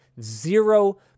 zero